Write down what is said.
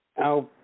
Now